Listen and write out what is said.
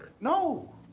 No